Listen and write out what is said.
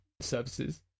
services